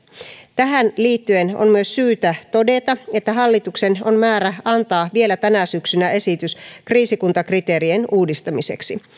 tähän liittyen on myös syytä todeta että hallituksen on määrä antaa vielä tänä syksynä esitys kriisikuntakriteerien uudistamiseksi